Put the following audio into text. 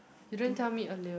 two